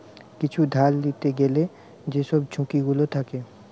কিছু ধার লিতে গ্যালে যেসব ঝুঁকি গুলো থাকে